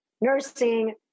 nursing